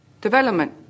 development